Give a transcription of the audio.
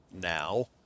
now